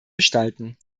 gestalten